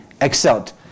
excelled